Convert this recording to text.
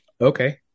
okay